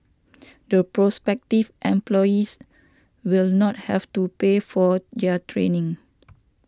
the prospective employees will not have to pay for their training